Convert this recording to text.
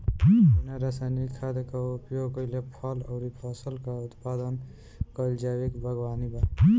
बिना रासायनिक खाद क उपयोग कइले फल अउर फसल क उत्पादन कइल जैविक बागवानी बा